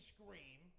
Scream